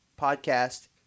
podcast